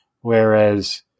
whereas